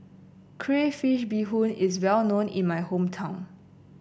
Crayfish Beehoon is well known in my hometown